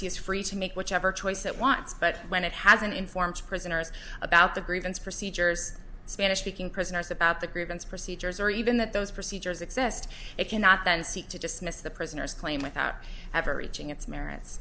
to make whatever choice that wants but when it has an informed prisoners about the grievance procedures spanish speaking prisoners about the grievance procedures or even that those procedures exist it cannot then seek to dismiss the prisoner's claim without ever reaching its merits